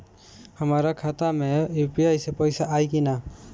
हमारा खाता मे यू.पी.आई से पईसा आई कि ना?